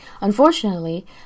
Unfortunately